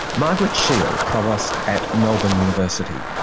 margaret shiel, provost at melbourne university.